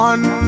One